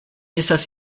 estas